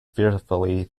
fearfully